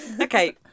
okay